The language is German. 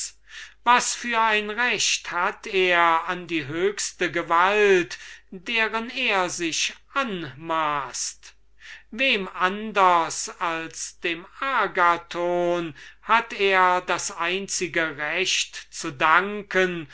was für ein recht hat er an die höchste gewalt der er sich anmaßt wem anders als dem agathon hat er das einzige recht zu danken